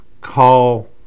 Call